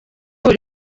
buri